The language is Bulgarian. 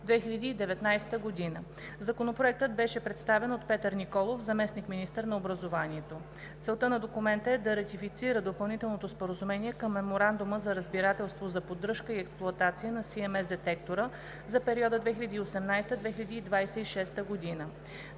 2019 г. Законопроектът беше представен от Петър Николов – заместник-министър на образованието и науката. Целта на документа е да ратифицира Допълнителното споразумение към Меморандума за разбирателство за поддръжка и експлоатация на CMS детектора за периода 2018 – 2026 г.